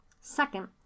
Second